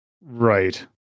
right